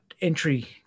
entry